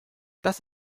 das